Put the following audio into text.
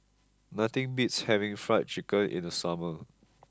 nothing beats having fried chicken in the summer